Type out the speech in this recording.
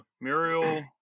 Muriel